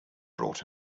brought